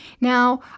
Now